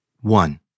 One